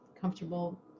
comfortable